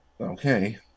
okay